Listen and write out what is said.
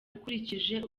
ukurikije